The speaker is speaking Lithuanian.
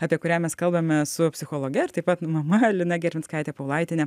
apie kurią mes kalbame su psichologe ir taip pat mama lina gervinskaite paulaitiene